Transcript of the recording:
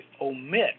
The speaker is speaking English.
omit